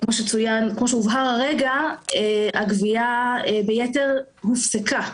כמו שהובהר הרגע, הגבייה ביתר הופסקה.